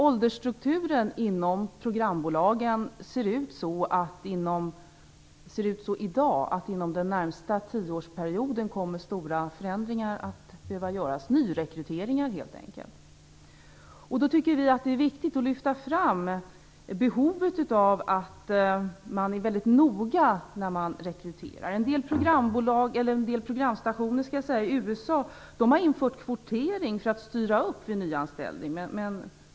Åldersstrukturen inom programbolagen ser i dag ut så, att stora förändringar - nyrekryteringar helt enkelt - kommer att behöva göras inom den närmaste tioårsperioden. Då tycker vi att det är viktigt att lyfta fram behovet av att man är väldigt noga när man rekryterar. En del stationer i USA har infört kvotering för att styra upp vid nyanställning.